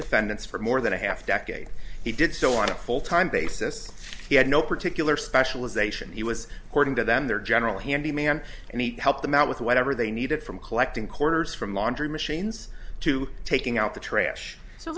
defendants for more than a half decade he did so want a full time basis he had no particular specialization he was hoarding to them their general handyman and he helped them out with whatever they needed from collecting quarters from laundry machines to taking out the trash so